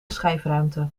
schijfruimte